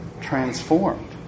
transformed